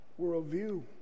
worldview